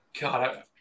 God